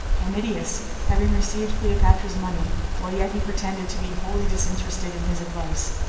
canidius, having received cleopatra's money, while yet he pretended to be wholly disinterested in his advice,